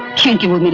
thank you. what